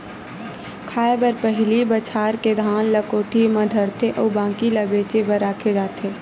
खाए बर पहिली बछार के धान ल कोठी म धरथे अउ बाकी ल बेचे बर राखे जाथे